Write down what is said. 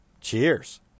Cheers